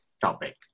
topic